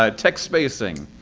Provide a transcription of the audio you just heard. ah text spacing.